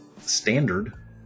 standard